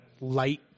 light